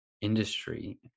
industry